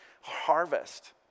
harvest